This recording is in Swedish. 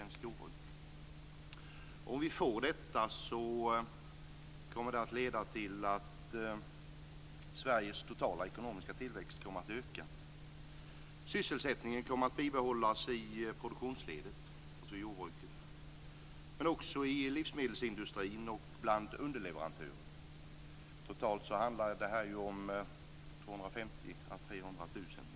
Om vi får detta kommer det att leda till att Sveriges totala ekonomiska tillväxt kommer att öka. Sysselsättningen kommer att bibehållas i produktionsledet inom jordbruket men också i livsmedelsindustrin och bland underleverantörer. Totalt handlar det om 250 000 à 300 000 människor.